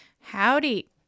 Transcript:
Howdy